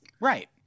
Right